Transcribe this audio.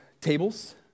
tables